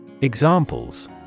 Examples